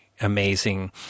amazing